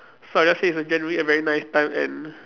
so I just say it's a generally a very nice time and